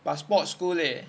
but sports school leh